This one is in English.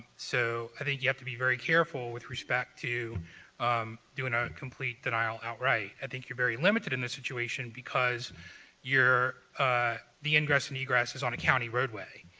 so i think you have to be very careful with respect to doing ah denial outright. i think you're very limited in this situation because you're the ingress and egress is on a county roadway,